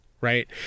right